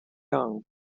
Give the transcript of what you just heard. young